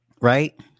right